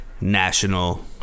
national